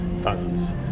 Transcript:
funds